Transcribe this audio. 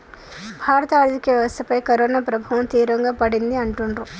భారత ఆర్థిక వ్యవస్థపై కరోనా ప్రభావం తీవ్రంగా పడింది అంటుండ్రు